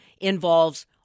involves